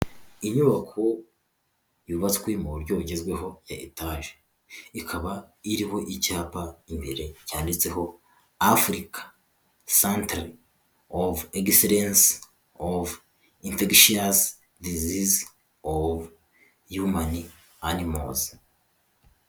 Inyubako yubatswe mu buryo bugezweho etage, ikaba iriho icyapa imbere cyanditseho "Africa Center of Excellence for Infectious Diseases of Humans and Animals".